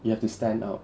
you have to stand out